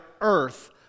earth